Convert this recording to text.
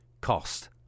cost